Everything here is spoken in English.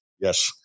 Yes